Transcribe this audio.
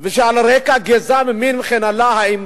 ועל רקע גזע ומין וכן הלאה,